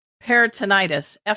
peritonitis